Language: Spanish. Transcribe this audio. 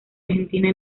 argentina